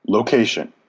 location